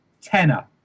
tenner